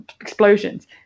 explosions